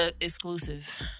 Exclusive